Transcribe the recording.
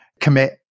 commit